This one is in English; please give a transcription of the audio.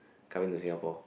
coming to Singapore